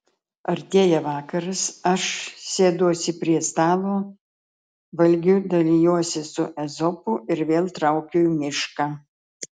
artėja vakaras aš sėduosi prie stalo valgiu dalijuosi su ezopu ir vėl traukiu į mišką